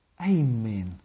Amen